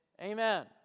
Amen